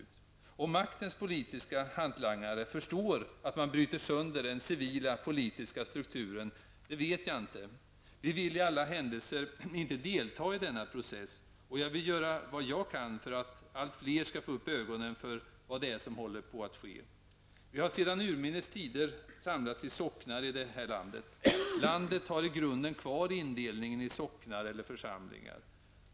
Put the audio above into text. Jag vet inte om maktens politiska hantlangare förstår att man bryter sönder den civila politiska strukturen. Vi i miljöpartiet vill i alla händelser inte delta i denna process, och jag vill göra vad jag kan för att allt fler skall få upp ögonen för vad det är som håller på att ske. Vi har sedan urminnes tider samlats i socknar i detta land. Landet har i grunden kvar indelningen i socknar eller församlingar.